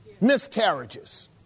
miscarriages